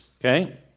okay